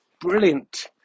Brilliant